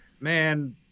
man